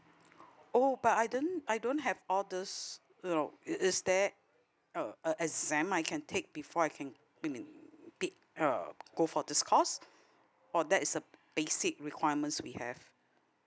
oh but I don't I don't have all those you know is is there a a exam I can take before I can you mean pick uh go for this course or that's uh basic requirements we have